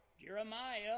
Jeremiah